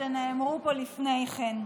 שנאמרו פה לפני כן.